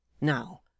Now